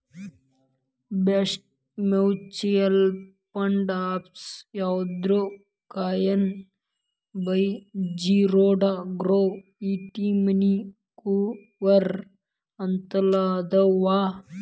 best mutual fund apps ಯಾವಂದ್ರಾ coin by Zerodha Groww ET money Kuvera ಅಂತೆಲ್ಲಾ ಅದಾವ